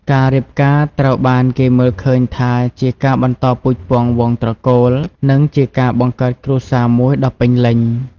ការរៀបការត្រូវបានគេមើលឃើញថាជា ការបន្តពូជពង្សវង្សត្រកូល និងជាការ បង្កើតគ្រួសារមួយដ៏ពេញលេញ។